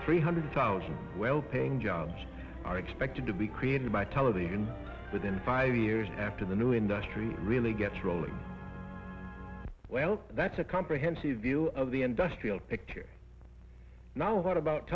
three hundred thousand well paying jobs are expected to be created by television within five years after the new industry really gets rolling well that's a comprehensive view of the industrial picture not a lot about